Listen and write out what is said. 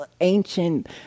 ancient